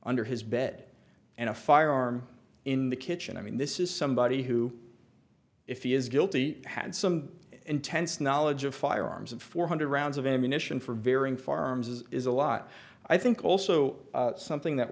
under his bed and a firearm in the kitchen i mean this is somebody who if he is guilty had some intense knowledge of firearms and four hundred rounds of ammunition for varying farms as is a lot i think also something that